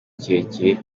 kirekire